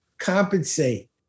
compensate